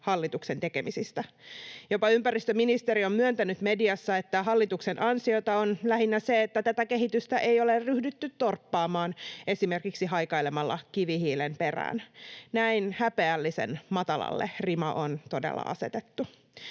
hallituksen tekemisistä. Jopa ympäristöministeriö on myöntänyt mediassa, että hallituksen ansiota on lähinnä se, että tätä kehitystä ei ole ryhdytty torppaamaan esimerkiksi haikailemalla kivihiilen perään. Näin häpeällisen matalalle rima on todella asetettu.